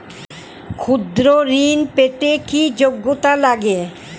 ক্ষুদ্র ঋণ পেতে কি যোগ্যতা লাগে?